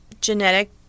genetic